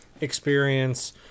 experience